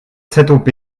zob